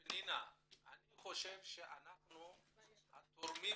פנינה, אני חושב שאנחנו התורמים